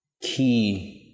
key